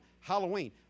Halloween